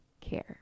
care